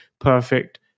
perfect